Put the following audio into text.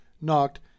knocked